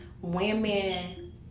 women